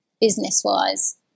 business-wise